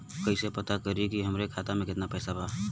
कइसे पता करि कि हमरे खाता मे कितना पैसा बा?